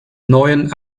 neuen